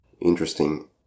Interesting